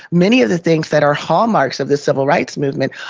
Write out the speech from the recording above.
many of the things that are hallmarks of the civil rights movement,